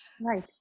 right